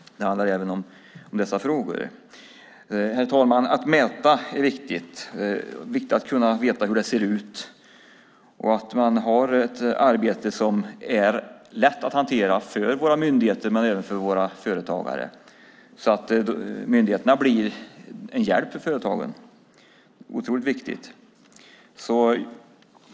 Det handlar även om dessa frågor. Herr talman! Att mäta är viktigt. Det är viktigt att kunna veta hur det ser ut och att arbetet är lätt att hantera för våra myndigheter och företagare. Myndigheterna ska vara en hjälp för företagen; det är otroligt viktigt.